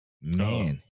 Man